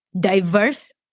diverse